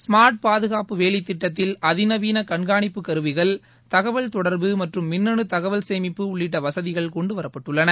smart பாதுகாப்பு வேலி திட்டத்தில் அதிநவீன கண்காணிப்பு கருவிகள் தகவல் தொடர்பு மற்றும் மின்னணு தகவல் சேமிப்பு உள்ளிட்ட வசதிகள் கொண்டுவரப்பட்டுள்ளன